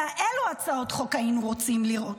כאלה הצעות חוק היינו רוצים לראות.